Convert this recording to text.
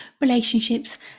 relationships